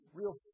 real